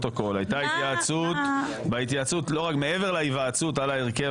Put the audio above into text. הייתה התייעצות ומעבר להיוועצות על ההרכב